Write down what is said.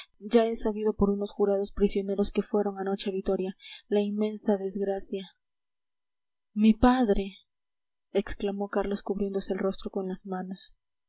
ya he sabido por unos jurados prisioneros que fueron anoche a vitoria la inmensa desgracia mi padre exclamó carlos cubriéndose el rostro con las manos